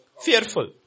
fearful